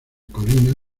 colinas